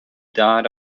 died